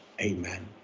amen